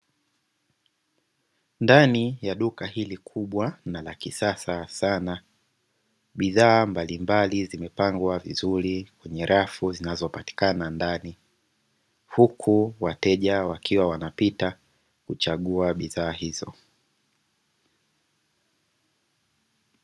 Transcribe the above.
Ndani ya duka hili kubwa na la kisasa sana, bidhaa mbalimbali zimepangwa vizuri kwenye rafu zinazopatikana ndani huku wateja wakiwa wanapita kuchagua bidhaa hizo.